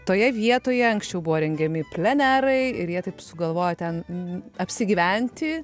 toje vietoje anksčiau buvo rengiami plenerai ir jie taip sugalvojo ten apsigyventi